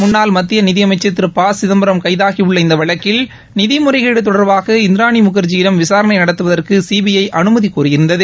முன்னாள் மத்திய நிதி அமைச்சா் திரு ப சிதம்பரம் கைதாகி உள்ள இந்த வழக்கில் நிதி முறைகேடு தொடர்பாக இந்திராணி முகா்ஜி யிடம் விசாரணை நடத்துவதற்கு சிபிஐ அனுமதி கோரியிருந்தது